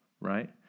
right